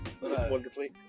Wonderfully